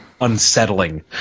unsettling